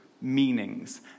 meanings